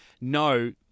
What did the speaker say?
no